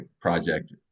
project